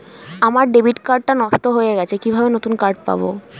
আমার debit card টা নষ্ট হয়ে গেছে কিভাবে নতুন কার্ড পাব?